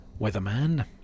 weatherman